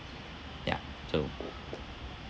ya so